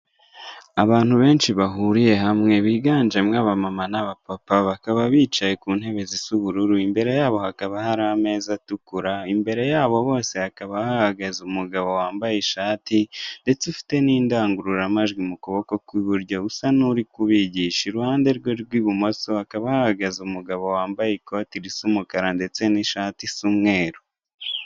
Abantu benshi bahuriye hamwe biganjemo aba mama naba papa bakaba bicaye ku ntebe zisa ubururu imbere yabo hakaba hari ameza atukura imbere yabo bose hakaba hahagaze umugabo wambaye ishati ndetse ufite n'indangururamajwi mu kuboko kw'iburyo usa n'uri kubigisha; iruhande rwe rw'ibumoso hakaba hahagaze umugabo wambaye ikoti ry'umukara ndetse n'ishati isa umweru.